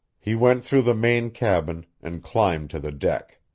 he went through the main cabin, and climbed to the deck.